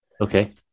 Okay